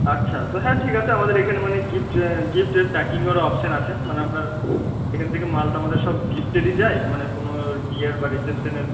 আচ্ছা তো হ্যাঁ ঠিক আছে আমাদের এখানে মানে গিফট গিফটের প্যাকিংয়েরও অপশন আছে মানে আপনার এখান থেকে মাল তো আমাদের সব গিফটেরই যায় মানে কোনো বিয়ের বা রিসেপশনের